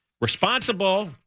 Responsible